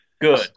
good